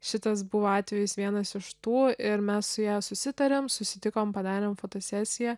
šitas buvo atvejis vienas iš tų ir mes su ja susitarėm susitikom padarėm fotosesiją